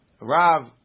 Rav